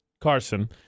Carson